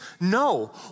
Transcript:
No